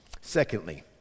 Secondly